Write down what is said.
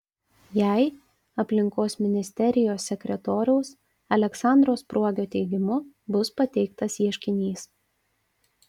jai aplinkos ministerijos sekretoriaus aleksandro spruogio teigimu bus pateiktas ieškinys